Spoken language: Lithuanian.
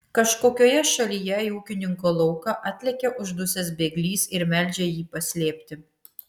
kažkokioje šalyje į ūkininko lauką atlekia uždusęs bėglys ir meldžia jį paslėpti